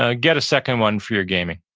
ah get a second one for your gaming,